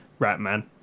Ratman